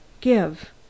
give